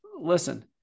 listen